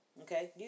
Okay